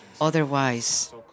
Otherwise